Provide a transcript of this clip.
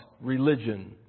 religion